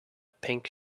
pink